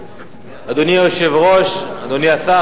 אדוני השר,